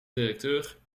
directeur